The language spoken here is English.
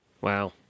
Wow